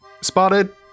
spotted